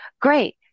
great